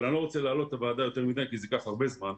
אבל אני לא רוצה להלאות את הוועדה יותר מדי כי זה ייקח הרבה זמן.